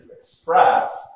express